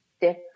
different